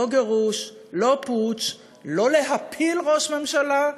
לא גירוש, לא פוטש, לא להפיל ראש ממשלה.